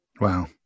Wow